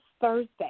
Thursday